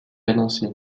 avancé